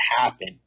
happen